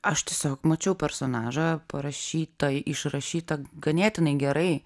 aš tiesiog mačiau personažą parašytą išrašytą ganėtinai gerai